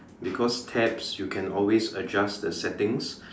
because tabs you can always adjust the settings